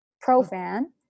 pro-fan